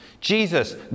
Jesus